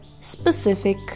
specific